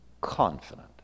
confident